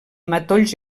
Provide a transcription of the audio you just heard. matolls